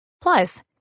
Plus